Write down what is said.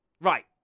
Right